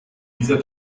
dieser